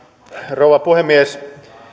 rouva puhemies